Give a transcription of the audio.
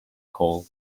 call